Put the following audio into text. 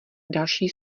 další